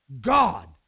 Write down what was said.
God